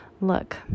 look